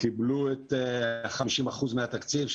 קיבלו 50% מהתקציב,